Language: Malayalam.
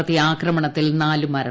നടത്തിയ ആക്രമണത്തിൽ നാല് മരണം